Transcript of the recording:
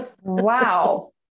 Wow